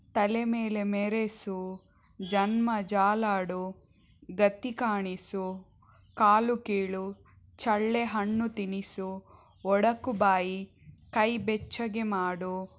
ತಲೆ ಮೇಲೆ ಮೆರೆಸು ಜನ್ಮ ಜಾಲಾಡು ಗತಿ ಕಾಣಿಸು ಕಾಲು ಕೀಳು ಚಳ್ಳೆ ಹಣ್ಣು ತಿನ್ನಿಸು ಒಡಕು ಬಾಯಿ ಕೈ ಬೆಚ್ಚಗೆ ಮಾಡು